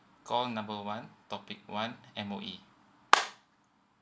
call number one topic one M_O_E